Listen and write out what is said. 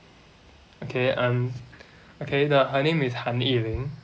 okay um okay the her name is han yi ling